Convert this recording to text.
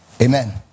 Amen